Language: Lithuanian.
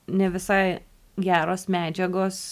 ne visai geros medžiagos